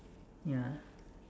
ya